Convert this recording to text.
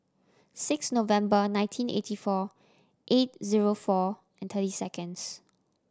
six November nineteen eighty four eight zero four and thirty seconds